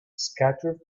scattered